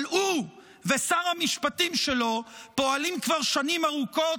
אבל הוא ושר המשפטים שלו פועלים כבר שנים ארוכות,